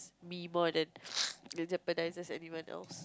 me more than it jeopardizes anyone else